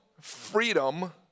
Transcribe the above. freedom